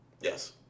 Yes